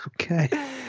okay